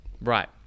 Right